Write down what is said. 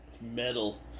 Metal